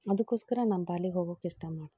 ಅದಕ್ಕೋಸ್ಕರ ನಾನು ಬಾಲಿಗೆ ಹೋಗಕ್ಕೆ ಇಷ್ಟ ಮಾಡ್ತೀನಿ